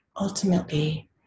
ultimately